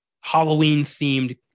Halloween-themed